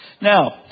Now